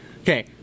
Okay